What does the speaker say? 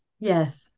Yes